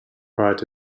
write